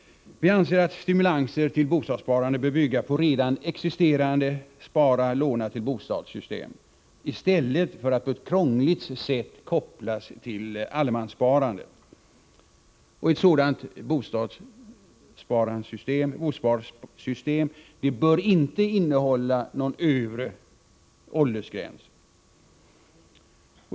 Vi anser att stimulanser till bostadssparande bör bygga på redan existerande ”spara-låna till bostad-system”, i stället för att på ett krångligt sätt kopplas till allemanssparandet. Ett sådant bosparsystem bör inte innehålla någon övre åldersgräns.